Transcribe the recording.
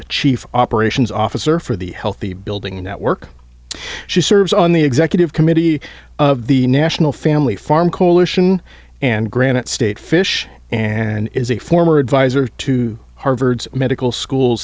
interim chief operations officer for the healthy building network she serves on the executive committee of the national family farm coalition and granite state fish and is a former advisor to harvard's medical school